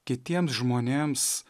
kitiems žmonėms